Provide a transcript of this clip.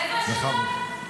איפה השב"כ?